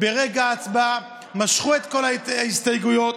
ברגע ההצבעה ומשכו את כל ההסתייגויות.